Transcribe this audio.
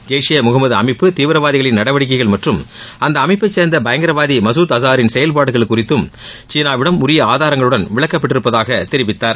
ஜெய் ஷே முகமது அமைப்பு தீவிரவாதிகளின் நடவடிக்கைகள் மற்றும் அந்த அமைப்பை சேர்ந்த பயங்கரவாதி மசூத் அசாரின் செயல்பாடுகள் குறித்து சீனாவிடம் உரிய ஆதாரங்களுடன் விளக்கப்பட்டிருப்பதாக தெரிவித்தார்